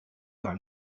par